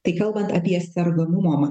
tai kalbant apie sergamumo